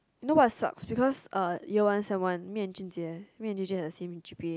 you know what sucks because uh year one sem one me and Jun-Jie me and Jun-Jie have the same g_p_a